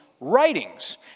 writings